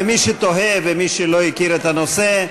למי שתוהה ומי שלא הכיר את הנושא,